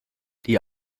die